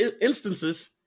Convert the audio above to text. instances